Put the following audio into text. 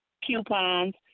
coupons